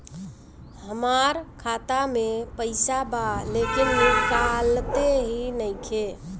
हमार खाता मे पईसा बा लेकिन निकालते ही नईखे?